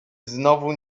znowu